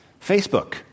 Facebook